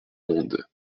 monde